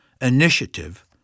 Initiative